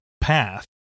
path